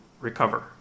recover